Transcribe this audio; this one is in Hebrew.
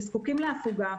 שזקוקים להפוגה.